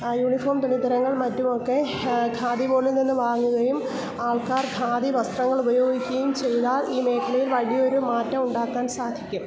uniform തുണിത്തരങ്ങൾ മറ്റുമൊക്കെ ഖാദിബോഡിൽ നിന്ന് വാങ്ങുകയും ആൾക്കാർ ഖാദി വസ്ത്രങ്ങൾ ഉപയോഗിക്കുകയും ചെയ്താൽ ഈ മേഖലയിൽ വലിയൊരു മാറ്റം ഉണ്ടാക്കാൻ സാധിക്കും